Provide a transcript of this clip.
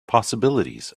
possibilities